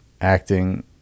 acting